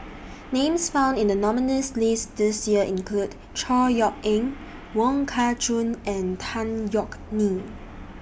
Names found in The nominees' list This Year include Chor Yeok Eng Wong Kah Chun and Tan Yeok Nee